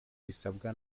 bisabwa